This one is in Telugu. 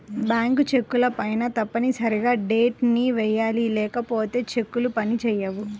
బ్యాంకు చెక్కులపైన తప్పనిసరిగా డేట్ ని వెయ్యాలి లేకపోతే చెక్కులు పని చేయవు